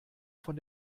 von